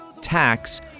tax